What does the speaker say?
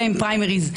אז תהיו רציניים.